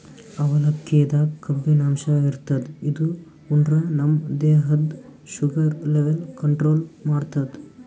ಅವಲಕ್ಕಿದಾಗ್ ಕಬ್ಬಿನಾಂಶ ಇರ್ತದ್ ಇದು ಉಂಡ್ರ ನಮ್ ದೇಹದ್ದ್ ಶುಗರ್ ಲೆವೆಲ್ ಕಂಟ್ರೋಲ್ ಮಾಡ್ತದ್